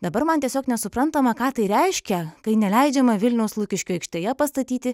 dabar man tiesiog nesuprantama ką tai reiškia kai neleidžiama vilniaus lukiškių aikštėje pastatyti